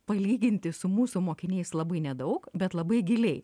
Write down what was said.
palyginti su mūsų mokiniais labai nedaug bet labai giliai